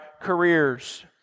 careers